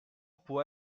può